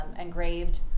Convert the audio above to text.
engraved